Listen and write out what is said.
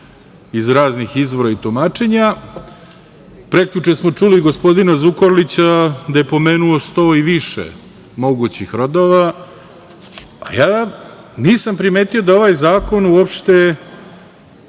iz raznih izvora i tumačenja. Prekjuče smo čuli gospodina Zukorlića gde je pomenuo 100 i više mogućih rodova, a ja nisam primetio da ovaj zakon uopšte